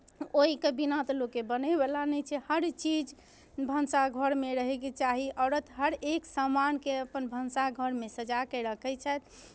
ओहिके बिना तऽ लोकके बनयवला नहि छै हर चीज भनसा घरमे रहयके चाही औरत हर एक सामानकेँ अपन भनसा घरमे सजा कऽ रखै छथि